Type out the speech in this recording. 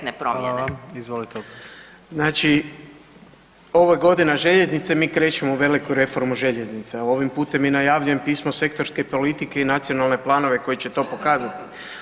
Znači ovo je godina željeznice, mi krećemo u veliku reformu željeznica, ovim putem i najavljujem pismo sektorske politike i nacionalne planove koji će to pokazati.